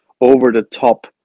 over-the-top